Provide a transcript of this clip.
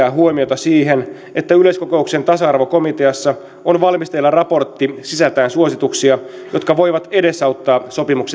ja kiinnittää huomiota siihen että yleiskokouksen tasa arvokomiteassa on valmisteilla raportti sisältäen suosituksia jotka voivat edesauttaa